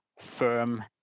firm